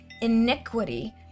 iniquity